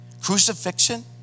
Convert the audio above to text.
Crucifixion